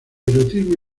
erotismo